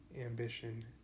ambition